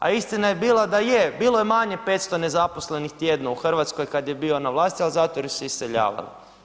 A istina je bila da je, bilo je manje 500 nezaposlenih tjedno u Hrvatskoj kad je bio na vlasti, ali zato jer su se iseljavali.